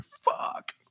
fuck